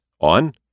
on